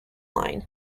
line